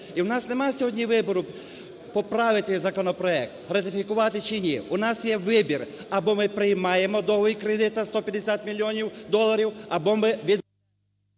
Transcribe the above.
І в нас немає сьогодні вибору поправити законопроект, ратифікувати чи ні. У нас є вибір: або ми приймаємо довгий кредит на 150 мільйонів доларів, або ми…